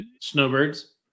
Snowbirds